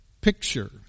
picture